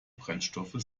brennstoffe